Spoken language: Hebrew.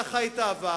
אתה חי את העבר,